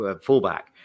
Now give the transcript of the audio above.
fullback